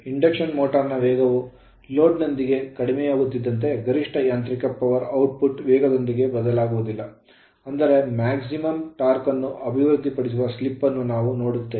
induction motor ನ ವೇಗವು load ನೊಂದಿಗೆ ಕಡಿಮೆಯಾಗುತ್ತಿದ್ದಂತೆ ಗರಿಷ್ಠ ಯಾಂತ್ರಿಕ ಪವರ್ ಔಟ್ಪುಟ್ ವೇಗದೊಂದಿಗೆ ಬದಲಾಗುವುದಿಲ್ಲ ಅಂದರೆ maximum torque ಗರಿಷ್ಠ ಟಾರ್ಕ್ ಅನ್ನು ಅಭಿವೃದ್ಧಿಪಡಿಸುವ ಸ್ಲಿಪ್ ಅನ್ನು ನಾವು ನೋಡುತ್ತೇವೆ